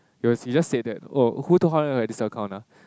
he was he just said that who told Hao-Ran that I have this account ah